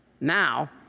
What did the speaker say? Now